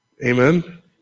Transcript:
Amen